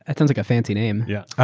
it sounds like a fancy name. yeah.